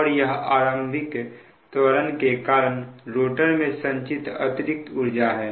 और यह आरंभिक त्वरण के कारण रोटर में संचित अतिरिक्त ऊर्जा है